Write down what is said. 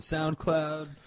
SoundCloud